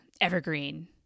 evergreen